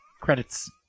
Credits